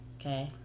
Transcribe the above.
Okay